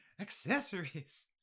Accessories